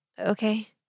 okay